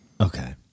Okay